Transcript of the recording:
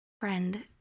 Friend